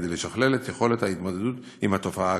כדי לשכלל את יכולת ההתמודדות עם התופעה הקשה.